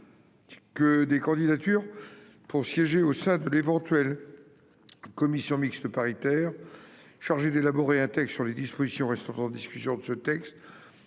que des candidatures pour siéger au sein de l'éventuelle commission mixte paritaire chargée d'élaborer un texte sur les dispositions restant en discussion de ce texte